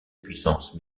puissance